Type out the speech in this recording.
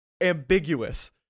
ambiguous